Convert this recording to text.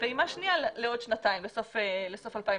ופעימה שנייה לעוד שנתיים, לסוף 2022,